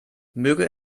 möge